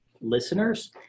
listeners